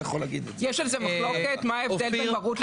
יש על זה מחלוקת מה ההבדל בין מרות?